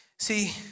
See